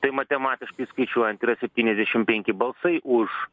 tai matematiškai skaičiuojant yra septyniasdešim penki balsai už